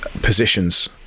positions